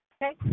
Okay